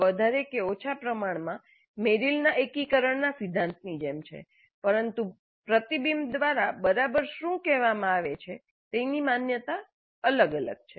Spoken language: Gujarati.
આ વધારે કે ઓછા પ્રમાણમાં મેરિલના એકીકરણના સિદ્ધાંતની જેમ છે પરંતુ પ્રતિબિંબ દ્વારા બરાબર શું કહેવામાં આવે છે તેનાથી માન્યતા અલગ છે